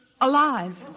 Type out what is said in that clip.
alive